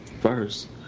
first